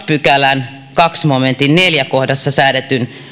pykälän toisen momentin neljännessä kohdassa säädetyn